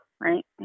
right